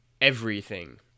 everything-